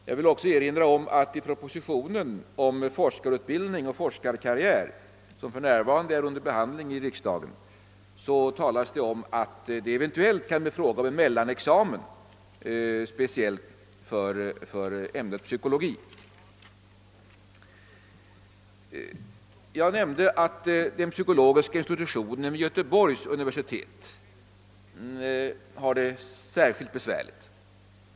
Jag vill också erinra om att i propositionen om forskarutbildning och forskarkarriär som för närvarande är under behandling i riksdagen talas det om att det eventuellt kan bli fråga om en mellanexamen, speciellt för ämnet psykologi. Jag nämnde att psykologiska institutionen vid Göteborgs universitet har det särskilt besvärligt.